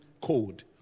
code